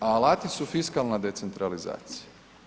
a alati su fiskalna decentralizacija.